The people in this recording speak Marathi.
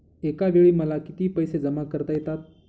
एकावेळी मला किती पैसे जमा करता येतात?